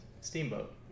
steamboat